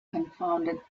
confounded